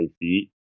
feet